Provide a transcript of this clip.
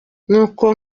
nuko